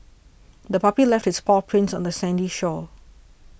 the puppy left its paw prints on the sandy shore